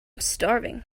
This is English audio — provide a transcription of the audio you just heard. starving